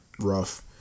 rough